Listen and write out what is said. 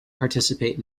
participate